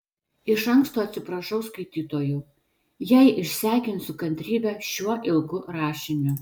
iš anksto atsiprašau skaitytojų jei išsekinsiu kantrybę šiuo ilgu rašiniu